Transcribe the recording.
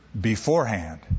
beforehand